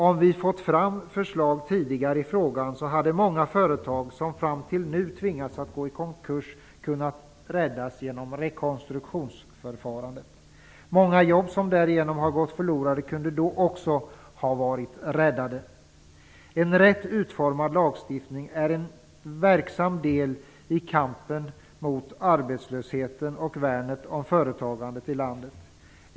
Om vi hade fått fram förslag tidigare i frågan hade många företag som fram till nu tvingats gå i konkurs kunnat räddas genom rekonstruktionsförfarandet. Många jobb som därigenom har gått förlorade kunde då också ha varit räddade. En rätt utformad lagstiftning är en verksam del i kampen mot arbetslösheten och värnet för företagandet i landet.